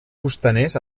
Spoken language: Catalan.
costaners